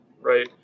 right